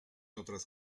otras